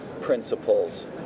principles